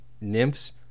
nymphs